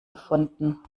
gefunden